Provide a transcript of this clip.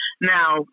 Now